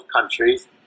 countries